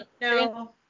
no